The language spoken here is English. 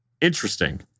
interesting